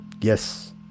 Yes